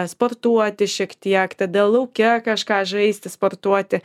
sportuoti šiek tiek tada lauke kažką žaisti sportuoti